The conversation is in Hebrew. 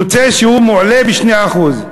יוצא שהוא מועלה ב-2%.